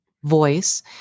voice